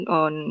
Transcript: on